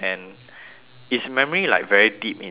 is memory like very deep in psychology